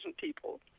people